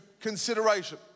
consideration